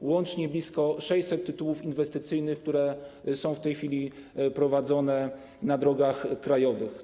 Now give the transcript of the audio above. To łącznie blisko 600 tytułów inwestycyjnych, które są w tej chwili realizowane na drogach krajowych.